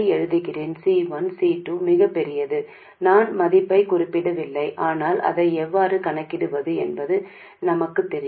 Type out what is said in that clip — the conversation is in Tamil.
C 1 C 2 மிகப் பெரியது நான் மதிப்பைக் குறிப்பிடவில்லை ஆனால் அதை எவ்வாறு கணக்கிடுவது என்பது எங்களுக்குத் தெரியும்